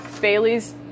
Bailey's